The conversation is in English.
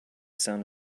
sound